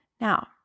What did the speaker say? Now